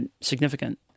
significant